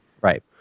Right